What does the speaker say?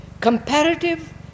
comparative